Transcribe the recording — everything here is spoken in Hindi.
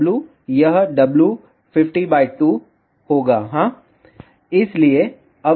इसलिए यह अब पोर्ट 2 है